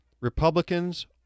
Republicans